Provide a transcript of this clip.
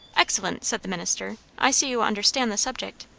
excellent, said the minister. i see you understand the subject.